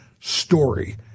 story